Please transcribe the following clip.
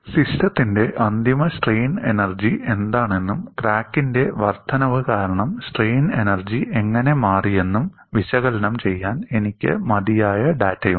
സിസ്റ്റത്തിന്റെ അന്തിമ strain energy എന്താണെന്നും ക്രാക്കിന്റെ വർദ്ധനവ് കാരണം സ്ട്രെയിൻ എനർജി എങ്ങനെ മാറിയെന്നും വിശകലനം ചെയ്യാൻ എനിക്ക് മതിയായ ഡാറ്റയുണ്ട്